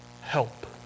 help